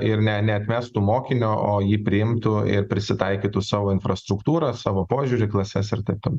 ir ne neatmestų mokinio o jį priimtų ir prisitaikytų savo infrastruktūrą savo požiūrį klases ir taip toliau